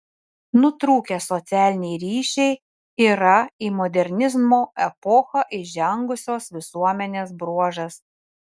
nutrūkę socialiniai ryšiai yra į modernizmo epochą įžengusios visuomenės bruožas